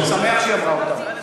ואני שמח שהיא אמרה אותם.